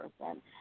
person